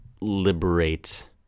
liberate